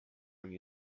nie